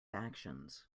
actions